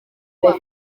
kuba